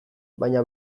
baina